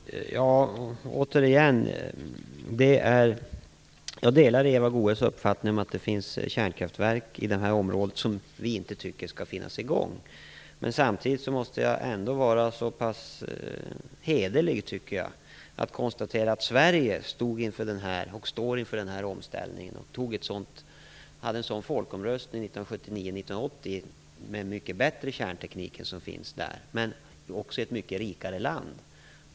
Fru talman! Återigen vill jag säga att jag delar Eva Goës uppfattning om att det finns kärnkraftverk i detta område som vi inte tycker skall vara i gång. Samtidigt måste jag ändå vara så pass hederlig att jag konstaterar att Sverige har stått, och står, inför en sådan här omställning. Vi hade en folkomröstning 1979-1980, och det gällde då mycket bättre kärnteknik än vad som finns i det aktuella området. Sverige är också ett mycket rikare land.